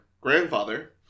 grandfather